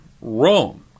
Rome